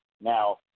Now